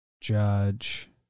Judge